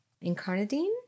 incarnadine